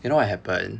you know what happen